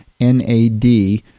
NAD